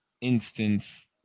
instance